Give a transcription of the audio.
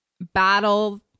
battle